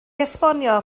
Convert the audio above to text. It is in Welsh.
esbonio